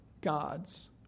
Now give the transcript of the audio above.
God's